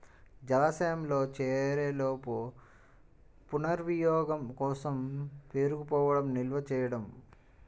జలాశయంలోకి చేరేలోపు పునర్వినియోగం కోసం పేరుకుపోవడం నిల్వ చేయడం